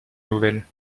nouvelles